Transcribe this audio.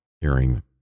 hearing